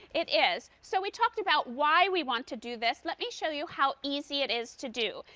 it is. so we talked about why we want to do, this let me show you how easy it is to do.